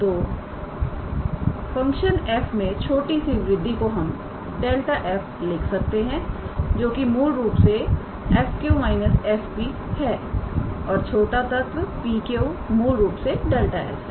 तोफंक्शन f में छोटी सी वृद्धि को हम 𝛿𝑓 लिख सकते हैं जोकि मूल रूप से 𝑓𝑄 − 𝑓𝑃 है और छोटा तत्व PQ मूल रूप से 𝛿𝑠 है